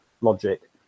logic